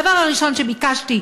והדבר הראשון שביקשתי,